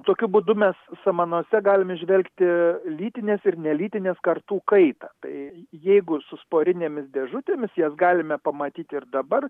tokiu būdu mes samanose galim įžvelgti lytinės ir nelytinės kartų kaitą tai jeigu su sporinėmis dėžutėmis jas galime pamatyti ir dabar